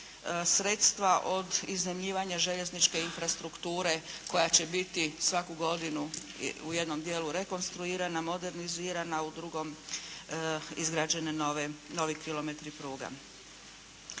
sredstva od iznajmljivanja željezničke infrastrukture koja će biti svaku godinu u jednom dijelu rekonstruirana, modernizirana a u drugom izrađeni novi kilometri pruga.